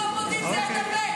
אחים גדולים, לא לעזור לי,